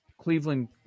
Cleveland